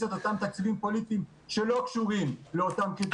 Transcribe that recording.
את אותם תקציבים פוליטיים שלא קשורים לאותם קריטריונים.